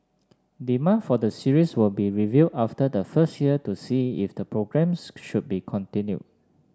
demand for the series will be reviewed after the first year to see if the programmes should be continued